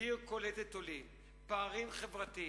עיר קולטת עולים, פערים חברתיים,